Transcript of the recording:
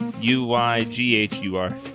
U-Y-G-H-U-R